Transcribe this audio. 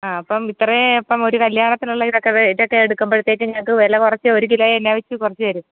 ആ അപ്പം ഇത്രയും അപ്പം ഒരു കല്യാണത്തിനുള്ള ഇതൊക്കെ വേ ഇതൊക്കെ എടുക്കുമ്പോഴത്തേക്ക് ഞങ്ങൾക്ക് വില കുറച്ച് ഒരു കിലോ എന്നാ വച്ച് കുറച്ച് തരും